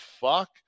fuck